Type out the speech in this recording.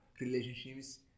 relationships